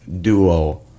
duo